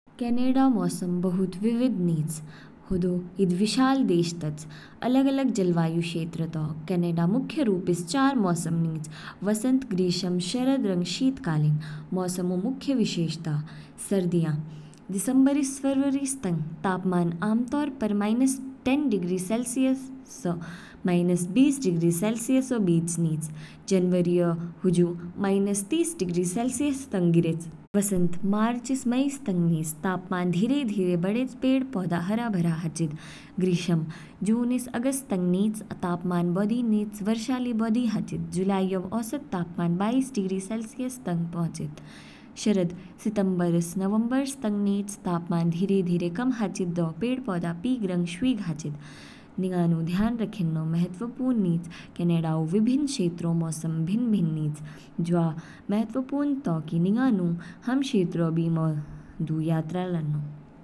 कनाडा मौसम बहुत विविध निच, हदौ ईद विशाल देश तौच, अलग अलग जलवायु क्षेत्र तौ। कनाडा मुख्य रूपस चार मौसम निच, वसंत, ग्रीष्म, शरद, रंग शीतकालीन। मौसम ऊ मुख्य विशेषता। सर्दियाँ, दिसंबर स फरवरी तंग, तापमान आमतौर पर माइनस टैन डिग्री सेलसियस बीस डिग्री सेलसियसो बीच निच। जनवरीऔ हुजु माइनस तीस डिग्री सेलसियस तंग गिरेच। वसंत, मार्च से मई तंग निच, तापमान धीरे धीरे बढ़ेच, पेड़ पौधा हरा भरा हाचिद। ग्रीष्म, जून स अगस्त तंग निच, तापमान बौधि निच, वर्षा ली बौधि हाचिद, जुलाईऔ औसत तापमान बाईस डिग्री सेलसियस तंग पहुँचेद। शरद, सितंबर ईस नवंबर तंग निच, तापमान धीरे धीरे कम हाचिद दौ पेड़ पौधे पीग रंग शवीग हाचिद। निंगानु ध्यान रखेन्नौ महत्वपूर्ण निच कनाडा ऊ विभिन्न क्षेत्रों मौसम भिन्न भिन्न निच, जु महत्वपूर्ण तो की निंगानु हाम क्षेत्रों बीमौ यात्रा लान्नौ।